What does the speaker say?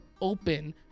open